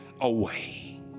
away